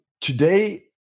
today